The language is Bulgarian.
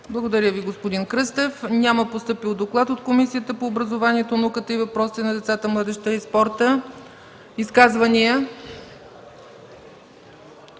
Благодаря Ви, господин Кръстев. Няма постъпил доклад от Комисията по образованието, науката и въпросите на децата, младежта и спорта. Изказвания?